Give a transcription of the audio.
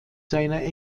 seiner